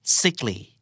sickly